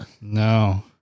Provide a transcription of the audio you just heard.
No